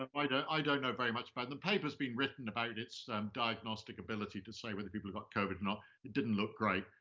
i don't know very much but and the paper's been written about its um diagnostic ability to say whether people have got covid or not. it didn't look great.